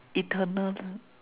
eternal